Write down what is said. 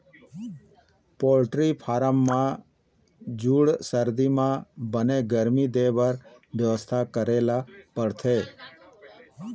poultry farm म जूड़ सरदी म बने गरमी देबर बेवस्था करे ल परथे